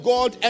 God